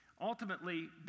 ultimately